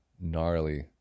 gnarly